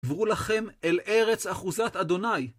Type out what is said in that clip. עברו לכם אל ארץ אחוזת אדוני.